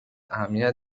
اهمیت